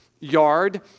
Yard